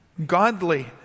Godly